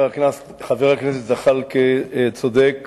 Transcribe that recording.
חבר הכנסת זחאלקה צודק